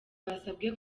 basabwe